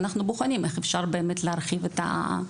ואנחנו בוחנים איך באמת אפשר להרחיב את השירות.